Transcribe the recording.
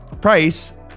price